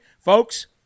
Folks